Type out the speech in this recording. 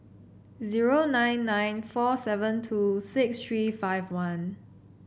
zero nine nine four seven two six three five one